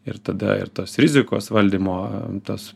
ir tada ir tos rizikos valdymo tas